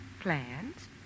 Plans